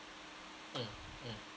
mmhmm